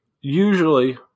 usually